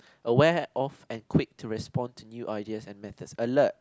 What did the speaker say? aware of and quick to response to new ideas and method alert